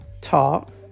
talk